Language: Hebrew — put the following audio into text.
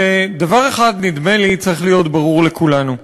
ודבר אחד נדמה לי צריך להיות ברור לכולנו: